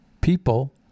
people